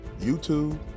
YouTube